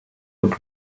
would